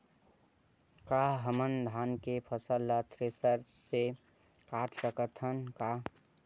का हमन धान के फसल ला थ्रेसर से काट सकथन का?